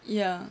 ya